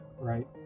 right